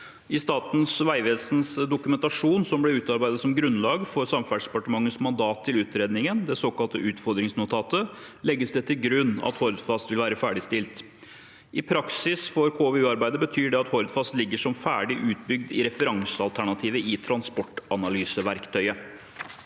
I Statens vegvesens dokumentasjon som ble utarbeidet som grunnlag for Samferdselsdepartementets mandat til utredningen, det såkalte utfordringsnotatet, legges det til grunn at Hordfast vil være ferdigstilt. For KVU-arbeidet betyr det i praksis at Hordfast ligger som ferdig utbygd i referansealternativet i transportanalyseverktøyet.